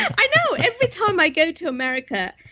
i know. every time i go to america,